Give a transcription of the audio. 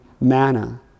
manna